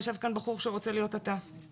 יש כאן בחור שרוצה להיות אתה.